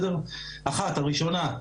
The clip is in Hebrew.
הראשונה,